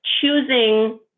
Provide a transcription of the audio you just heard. Choosing